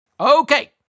Okay